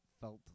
felt